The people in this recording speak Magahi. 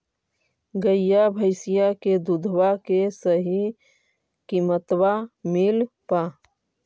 गईया भैसिया के दूधबा के सही किमतबा मिल पा?